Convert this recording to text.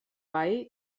bei